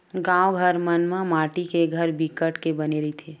गाँव घर मन म माटी के घर बिकट के बने रहिथे